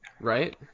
Right